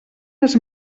les